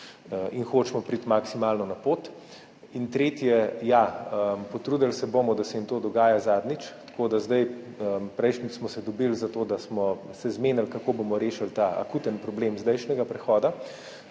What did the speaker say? jim hočemo priti maksimalno naproti. In tretje. Ja, potrudili se bomo, da se jim to dogaja zadnjič. Tako da prejšnjič smo se dobili, zato da smo se zmenili, kako bomo rešili ta akutni problem zdajšnjega prehoda,